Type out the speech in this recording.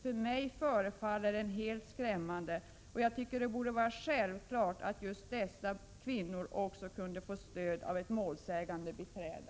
För mig förefaller den helt skrämmande. Jag tycker att det borde vara självklart att just dessa kvinnor skulle kunna få stöd av ett målsägandebiträde.